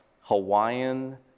Hawaiian